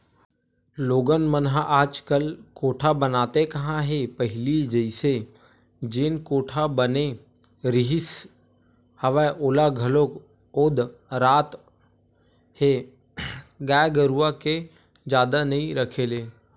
लोगन मन ह आजकल कोठा बनाते काँहा हे पहिली जइसे जेन कोठा बने रिहिस हवय ओला घलोक ओदरात हे गाय गरुवा के जादा नइ रखे ले